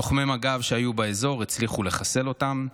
לוחמי מג"ב שהיו באזור הצליחו לחסל אותם.